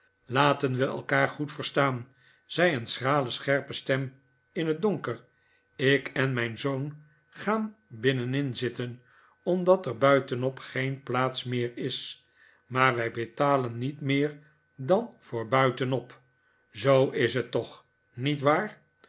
laten we elkaar goed verstaan zei een schrale scherpe stem in het donker ik en mijn zoon gaan binnenin zitten omdat er buitenop geen plaats meer is maar wij betalen niet meer dan voor buitenop zoo is het toch niet waar